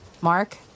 Mark